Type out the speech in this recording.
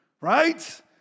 Right